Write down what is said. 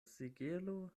sigelo